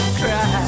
cry